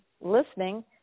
listening